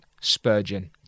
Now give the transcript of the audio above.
Spurgeon